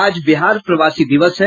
आज बिहार प्रवासी दिवस है